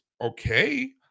okay